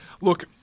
Look